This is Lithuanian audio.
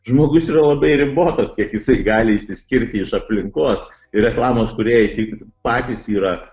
žmogus yra labai ribotas kiek jisai gali išsiskirti iš aplinkos ir reklamos kūrėjai tik patys yra